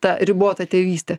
ta ribota tėvystė